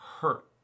hurt